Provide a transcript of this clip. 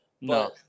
No